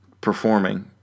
performing